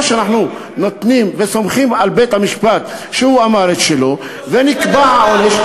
או שאנחנו נותנים וסומכים על בית-המשפט שהוא אמר את שלו ונקבע העונש,